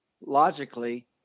logically